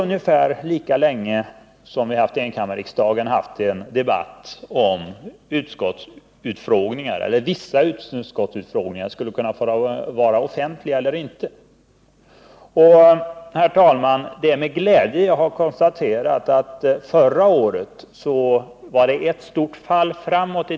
Ungefär lika länge som enkammarriksdagen funnits till har det förts en debatt, huruvida vissa utskottsutfrågningar skulle kunna vara offentliga eller inte. Herr talman! Det var med glädje jag konstaterade att den debatten förra året fick ett fall framåt.